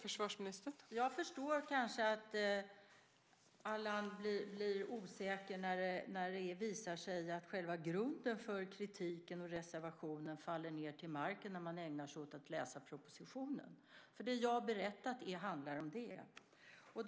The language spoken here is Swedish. Fru talman! Jag förstår kanske att Allan blir osäker när det visar sig att själva grunden för kritiken och reservationen faller ned till marken när man ägnar sig åt att läsa propositionen. Det jag har berättat handlar nämligen om det.